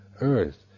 earth